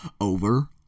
over